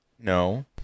No